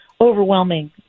overwhelming